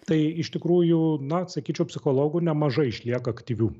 tai iš tikrųjų na sakyčiau psichologų nemažai išlieka aktyvių